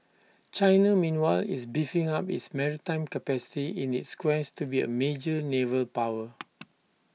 China meanwhile is beefing up its maritime capacity in its quest to be A major naval power